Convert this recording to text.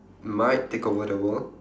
might take over the world